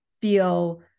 feel